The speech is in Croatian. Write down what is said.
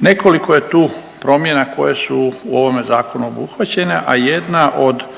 Nekoliko je tu promjena koje su u ovome zakonu obuhvaćene, a jedna od